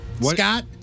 Scott